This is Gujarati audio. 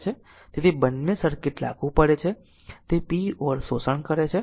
તેથી બંને સર્કિટ લાગુ પડે છે તે p or શોષણ કરે છે